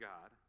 God